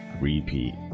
repeat